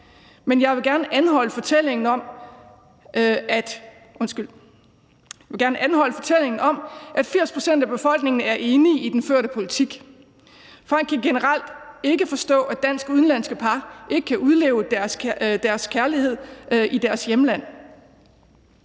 Men jeg vil gerne anholde fortællingen om, at 80 pct. af befolkningen er enige i den førte politik. Folk kan generelt ikke forstå, at dansk-udenlandske par ikke kan udleve deres kærlighed her i Danmark,